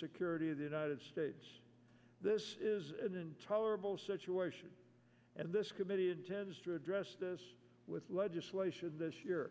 security of the united states this is an intolerable situation and this committee intends to address this with legislation this year